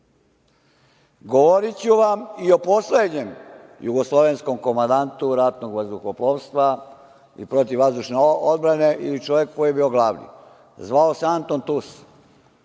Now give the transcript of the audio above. odbrane. Govoriću vam i o poslednjem jugoslovenskom komandantu Ratnog vazduhoplovstva i protivvazdušne odbrane ili čoveku koji je bio glavni. Zvao se Anton Tus.